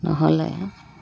নহ'লে